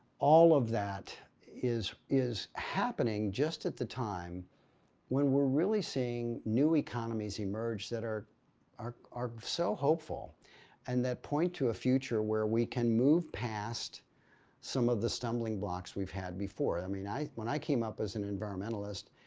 all of that is is happening just at the time when we're really seeing new economies emerge that are are so hopeful and that point to a future where we can move past some of the stumbling blocks we've had before. i mean, when i came up as an environmentalist,